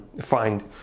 find